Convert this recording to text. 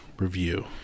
review